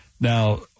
Now